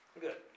Good